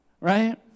right